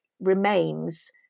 remains